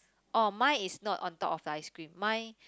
oh mine is not on top of the ice cream mine